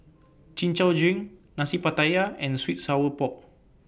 Chin Chow Drink Nasi Pattaya and Sweet Sour Pork